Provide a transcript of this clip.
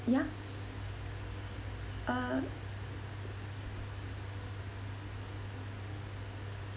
ya uh